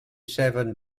seven